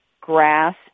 grass